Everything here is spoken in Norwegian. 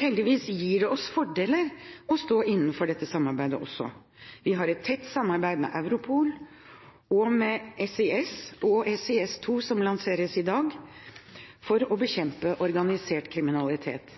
Heldigvis gir det oss fordeler å stå innenfor dette samarbeidet også. Vi har et tett samarbeid med Europol, med SIS og SIS2, som lanseres i dag, for å bekjempe organisert kriminalitet.